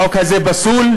החוק הזה פסול.